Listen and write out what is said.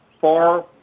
far